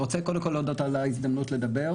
אני רוצה קודם כל להודות על ההזדמנות לדבר,